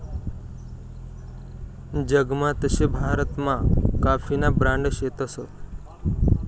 जगमा तशे भारतमा काफीना ब्रांड शेतस